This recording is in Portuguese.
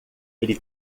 ele